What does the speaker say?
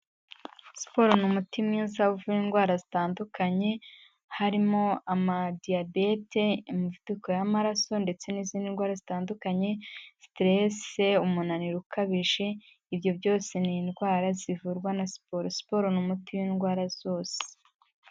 Siporo ni umuti mwiza uvura indwara zitandukanye harimo ama diyabete, imivuduko y'amaraso, ndetse n'izindi ndwara zitandukanye, siterese, umunaniro ukabije, ibyo byose ni indwara zivurwa na siporo, siporo n'umuti w'indwara zose.